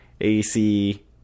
AC